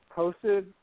posted